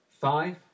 five